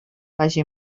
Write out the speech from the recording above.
vagi